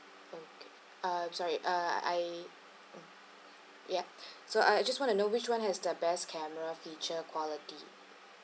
okay uh sorry uh I mm ya so I just want to know which [one] has the best camera feature quality